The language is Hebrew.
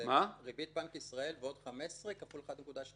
ריבית בנק ישראל ועוד 15% כפול 1.2,